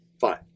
Fine